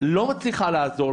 לא מצליחה לעזור,